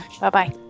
Bye-bye